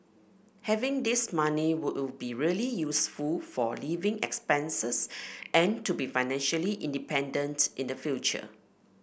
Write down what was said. having this money will be really useful for living expenses and to be financially independent in the future